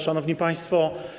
Szanowni Państwo!